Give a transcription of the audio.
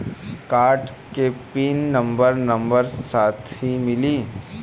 Card के pin number number साथही मिला?